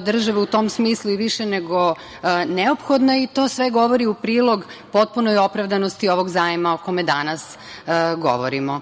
države u tom smislu i više nego neophodna i to sve govori u prilog potpunoj opravdanosti ovog zajma o kome danas govorimo.